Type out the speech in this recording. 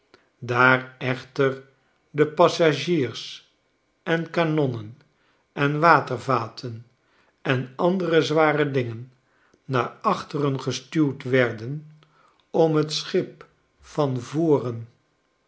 daar echter de passagiers en kanonnen en watervaten en andere zware dingen naar achteren gestuwd werden om t schip van voren